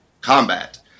combat